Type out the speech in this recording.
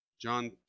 John